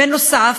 בנוסף,